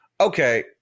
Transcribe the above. Okay